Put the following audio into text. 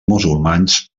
musulmans